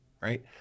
right